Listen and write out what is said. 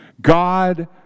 God